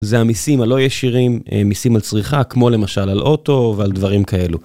זה המסים הלא ישירים, מסים על צריכה כמו למשל על אוטו ועל דברים כאלו.